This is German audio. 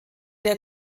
der